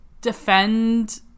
defend